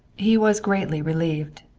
he was greatly relieved.